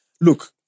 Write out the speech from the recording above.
look